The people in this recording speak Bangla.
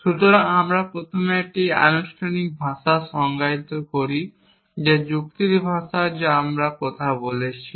সুতরাং আমরা প্রথমে একটি আনুষ্ঠানিক ভাষা সংজ্ঞায়িত করি যা যুক্তির ভাষা যা আমরা কথা বলছি